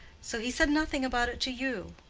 so he said nothing about it to you?